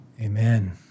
Amen